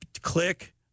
Click